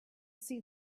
see